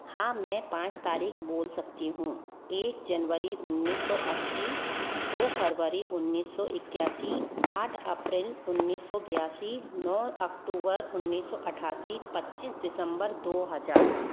हाँ मैं पाँच तारीख बोल सकती हूँ एक जनवरी उन्नीस सौ अस्सी दो फरवरी उन्नीस सौ इक्क्यासी आठ अप्रैल उन्नीस सौ बयासी नौ अक्टूबर उन्नीस सौ अठासी पच्चीस दिसम्बर दो हजार